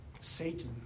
Satan